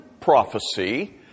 prophecy